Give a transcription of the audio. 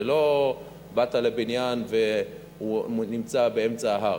זה לא שבאת לבניין והוא נמצא באמצע ההר.